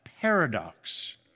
paradox